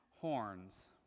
horns